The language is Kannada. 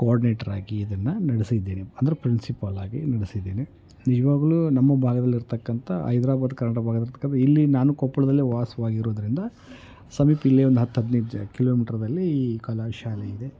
ಕೋಆರ್ಡ್ನೇಟ್ರಾಗಿ ಇದನ್ನು ನಡೆಸಿದ್ದೀನಿ ಅಂದರೆ ಪ್ರಿನ್ಸಿಪಾಲಾಗಿ ನಡೆಸಿದ್ದೀನಿ ನಿಜವಾಗ್ಲೂ ನಮ್ಮ ಭಾಗದಲ್ಲಿ ಇರತಕ್ಕಂಥ ಹೈದ್ರಾಬಾದ್ ಕರ್ನಾಟಕ ಭಾಗ್ದಲ್ಲಿ ಇಲ್ಲಿ ನಾನು ಕೊಪ್ಪಳದಲ್ಲೇ ವಾಸವಾಗಿರೋದ್ರಿಂದ ಸಮೀಪ ಇಲ್ಲೇ ಒಂದು ಹತ್ತು ಹದಿನೈದು ಜ ಕಿಲೋಮೀಟ್ರದಲ್ಲಿ ಕಲಾಶಾಲೆ ಇದೆ